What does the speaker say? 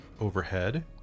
overhead